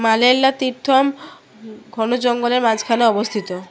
মাল্লেলা তীর্থম ঘন জঙ্গলের মাঝখানে অবস্থিত